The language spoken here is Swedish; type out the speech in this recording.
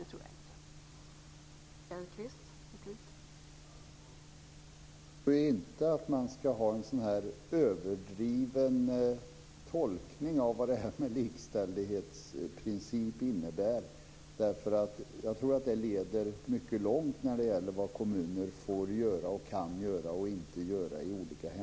Det tror jag inte.